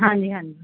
ਹਾਂਜੀ ਹਾਂਜੀ